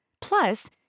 Plus